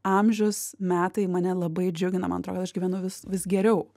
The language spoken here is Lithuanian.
amžius metai mane labai džiugina man atrodo kad aš gyvenu vis vis geriau